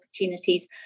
opportunities